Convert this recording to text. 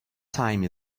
time